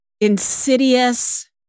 Insidious